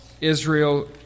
Israel